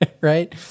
right